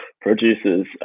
producers